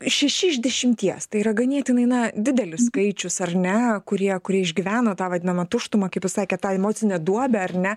šeši iš dešimties tai yra ganėtinai na didelis skaičius ar ne kurie kurie išgyvena tą vadinamą tuštumą kaip ir sakėt tą emocinę duobę ar ne